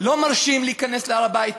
לא מרשים להיכנס להר-הבית